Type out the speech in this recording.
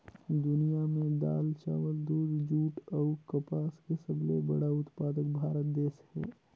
दुनिया में दाल, चावल, दूध, जूट अऊ कपास के सबले बड़ा उत्पादक भारत देश हे